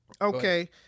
okay